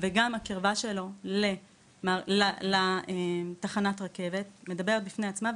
וגם הקרה שלו לתחנת הרכבת מדברת בפני עצמה